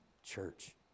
Church